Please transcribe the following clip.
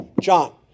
John